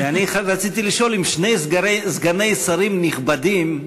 אני רציתי לשאול אם שני סגני שרים נכבדים,